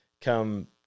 come